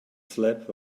slab